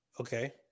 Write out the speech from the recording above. Okay